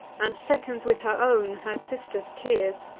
and seconds with her own her sister's tears